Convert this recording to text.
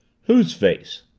whose face?